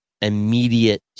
immediate